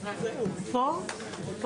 את